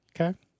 Okay